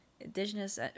indigenous